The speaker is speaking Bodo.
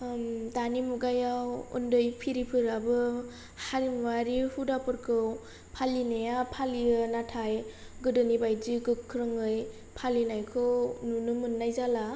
दानि मुगायाव उन्दै फिरिफोराबो हारिमुवारि हुदाफोरखौ फालिनाया फालियो नाथाय गोदोनि बायदि गोख्रोङै फालिनायखौ नुनो मोननाय जाला